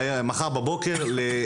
עד סוף השנה, אני מבטיח לך